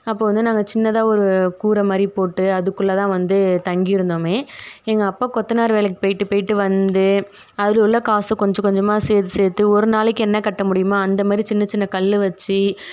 அப்போது வந்து நாங்கள் சின்னதாக ஒரு கூரை மாதிரி போட்டு அதுக்குள்ளே தான் வந்து தங்கியிருந்தோமே எங்கள் அப்பா கொத்தனார் வேலைக்கு போய்விட்டு போய்விட்டு வந்து அதில் உள்ள காசை கொஞ்சம் கொஞ்சமாக சேர்த்து சேர்த்து ஒரு நாளைக்கு என்ன கட்ட முடியுமோ அந்தமாதிரி சின்னச் சின்ன கல் வச்சு